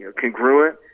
congruent